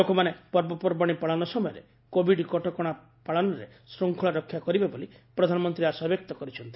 ଲୋକମାନେ ପର୍ବପର୍ବାଣୀ ପାଳନ ସମୟରେ କୋବିଡ କଟକଣା ପାଳନରେ ଶୃଙ୍ଖଳା ରକ୍ଷା କରିବେ ବୋଲି ପ୍ରଧାନମନ୍ତ୍ରୀ ଆଶା ବ୍ୟକ୍ତ କରିଛନ୍ତି